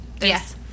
Yes